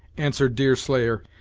answered deerslayer,